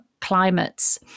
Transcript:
climates